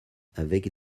avec